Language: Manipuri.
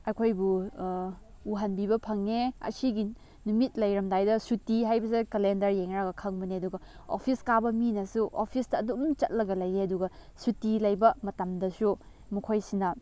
ꯑꯩꯈꯣꯏꯕꯨ ꯎꯍꯟꯕꯤꯕ ꯐꯪꯉꯦ ꯑꯁꯤꯒꯤ ꯅꯨꯃꯤꯠ ꯂꯩꯔꯝꯗꯥꯏꯗ ꯁꯨꯇꯤ ꯍꯥꯏꯕꯁꯦ ꯀꯂꯦꯟꯗꯔ ꯌꯦꯡꯂꯒ ꯈꯪꯕꯅꯤ ꯑꯗꯨꯒ ꯑꯣꯐꯤꯁ ꯀꯥꯕ ꯃꯤꯅꯁꯨ ꯑꯣꯐꯤꯁꯇ ꯑꯗꯨꯝ ꯆꯠꯂꯒ ꯂꯩꯌꯦ ꯑꯗꯨꯒ ꯁꯨꯇꯤ ꯂꯩꯕ ꯃꯇꯝꯗꯁꯨ ꯃꯈꯣꯏꯁꯤꯅ